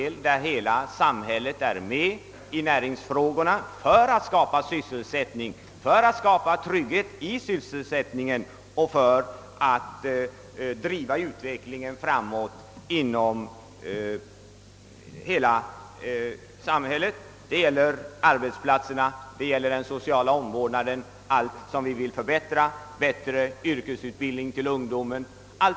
Hela samhället måste ta del i näringsfrågorna för att skapa sysselsättning, för att bereda trygghet i sysselsättningen och för att driva utvecklingen framåt på alla områden — arbetsplatserna, den sociala omvårdnaden, yrkesutbildningen för ungdom och mycket annat som vi vill förbättra.